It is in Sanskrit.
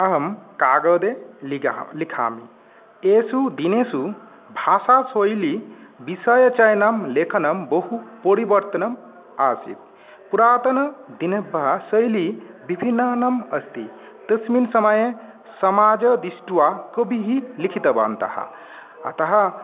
अहं कागदे लिख लिखामि एषु दिनेषु भाषाशैली विषयचयनं लेखनं बहु परिवर्तनम् आसीत् पुरातनदिने भाषाशैली विभिन्नम् अस्ति विभिन्नानां अस्ति तस्मिन् समये समाजे दृष्ट्वा कविः लिखितवन्तः अतः